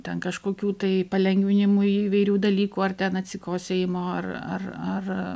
ten kažkokių tai palengvinimui įvairių dalykų ar ten atsikosėjimo ar ar ar